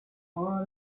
more